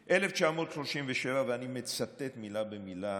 1937, ואני מצטט מילה במילה: